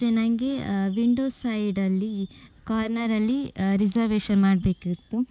ಮತ್ತು ನನಗೆ ವಿಂಡೋ ಸೈಡಲ್ಲಿ ಕಾರ್ನರಲ್ಲಿ ರಿಸವೇಶನ್ ಮಾಡಬೇಕಿತ್ತು